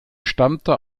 stammte